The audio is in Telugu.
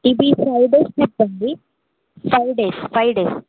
ఇదీ ఫైవ్ డేస్ ట్రిప్ అండి ఫైవ్ డేస్ ఫైవ్ డేస్